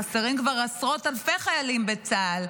חסרים כבר עשרות אלפי חיילים בצה"ל,